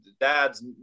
dad's